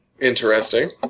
Interesting